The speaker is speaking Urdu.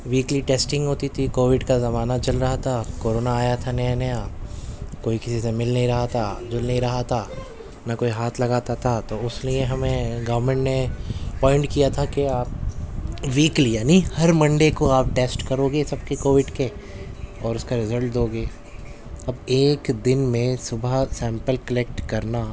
ویکلی ٹیسٹنگ ہوتی تھی کووڈ کا زمانہ چل رہا تھا کورونا آیا تھا نیا نیا کوئی کسی سے مل نہیں رہا تھا جو لے رہا تھا نہ کوئی ہاتھ لگاتا تھا تو اس لیے ہمیں گورنمنٹ نے پوائنٹ کیا تھا کہ آپ ویکلی یعنی ہر منڈے کو آپ ٹیسٹ کروگے سب کے کووڈ کے اور اس کا رزلٹ دوگے اب ایک دن میں صبح سیمپل کلکٹ کرنا